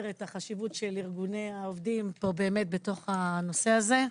את החשיבות של ארגוני העובדים בתוך הנושא הזה.